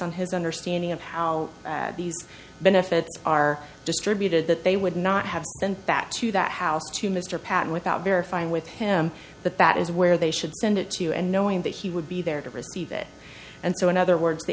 on his understanding of how these benefits are distributed that they would not have been back to that house to mr patten without verifying with him but that is where they should send it to and knowing that he would be there to receive it and so in other words the